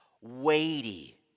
weighty